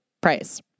price